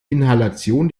inhalation